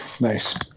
Nice